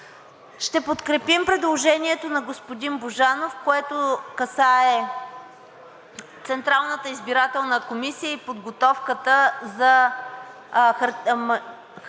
Ще подкрепим предложението на господин Божанов, което касае Централната избирателна комисия и подготовката за хартиените